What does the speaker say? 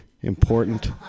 important